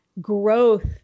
growth